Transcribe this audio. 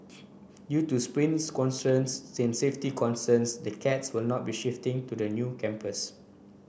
due to space constraints safety concerns the cats will not be shifting to the new campus